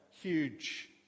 huge